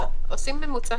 עושים ממוצע שבועי.